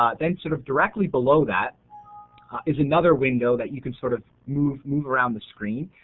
um then sort of directly below that is another window that you can sort of move move around the screen.